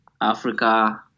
Africa